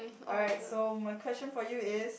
alright so my question for you is